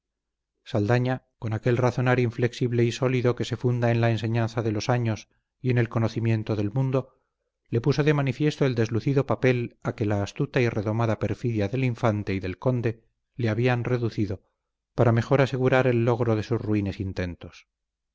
saldaña con aquel razonar inflexible y sólido que se funda en la enseñanza de los años y en el conocimiento del mundo le puso de manifiesto el deslucido papel a que la astuta y redomada perfidia del infante y del conde le habían reducido para mejor asegurar el logro de sus ruines intentos